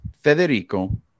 Federico